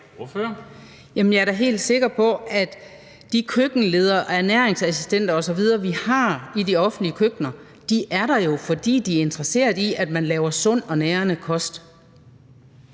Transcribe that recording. jeg er da helt sikker på, at de køkkenledere og ernæringsassistenter osv., som vi har i de offentlige køkkener, jo er der, fordi de er interesseret i at lave sund og nærende kost.